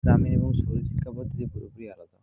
গ্রামের এবং শহরের শিক্ষা পদ্ধতি পুরোপুরি আলাদা